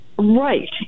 Right